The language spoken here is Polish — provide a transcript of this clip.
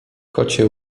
kocie